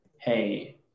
hey